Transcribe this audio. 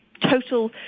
total